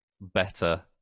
better